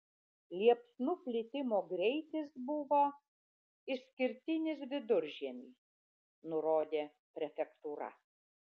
liepsnų plitimo greitis buvo išskirtinis viduržiemiui nurodė prefektūra